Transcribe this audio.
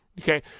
okay